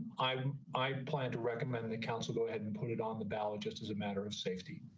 i um i plan to recommend the council, go ahead and put it on the ballot, just as a matter of safety,